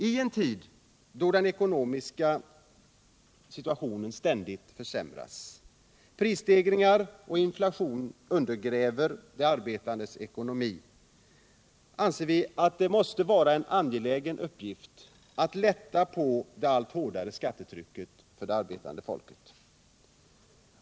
I en tid då den ekonomiska situationen ständigt försämras och prisstegringar och inflation undergräver de arbetandes ekonomi anser vi att det måste vara en angelägen uppgift att lätta på det allt hårdare skattetrycket för det arbetande folket.